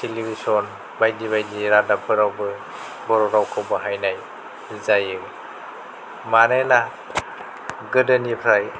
television बायदि बायदि रादाबफोरावबो बर' रावखौ बाहायनाय जायो मानोना गोदोनिफ्राय